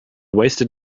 wasted